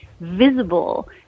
visible